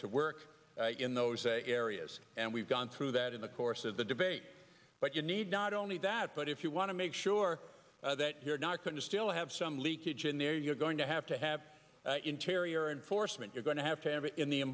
to work in those a areas and we've gone through that in the course of the debate but you need not only that but if you want to make sure that you're not going to still have some leakage in there you're going to have to have interior enforcement you're going to have to have it in the